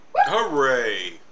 Hooray